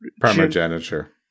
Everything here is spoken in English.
primogeniture